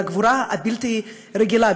הגבורה הבלתי-רגילה,